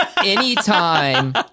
anytime